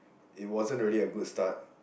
it wasn't really a good start